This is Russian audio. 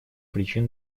причин